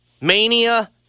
mania